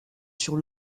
sur